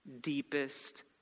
deepest